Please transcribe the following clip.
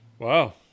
Wow